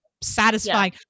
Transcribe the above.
satisfying